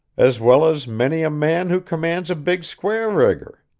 as well as many a man who commands a big square-rigger.